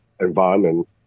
environment